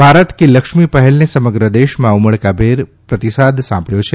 ભારત કી લક્ષ્મી પહેલને સમગ્ર દેશમાં ઉમળકાભેર પ્રતિસાદ સાંપડથો છે